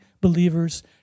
believers